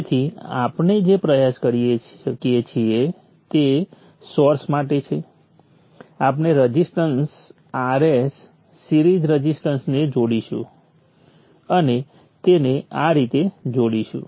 તેથી આપણે જે પ્રયાસ કરી શકીએ તે સોર્સ માટે છે આપણે રઝિસ્ટન્સ Rs સિરીઝ રઝિસ્ટન્સને જોડીશું અને તેને આ રીતે જોડીશું